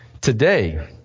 Today